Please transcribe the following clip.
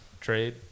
trade